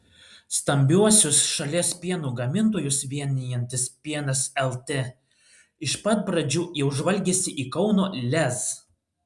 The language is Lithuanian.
stambiuosius šalies pieno gamintojus vienijantis pienas lt iš pat pradžių jau žvalgėsi į kauno lez